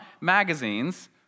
magazines